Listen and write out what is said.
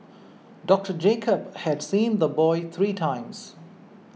Doctor Jacob had seen the boy three times